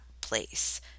place